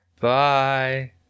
Bye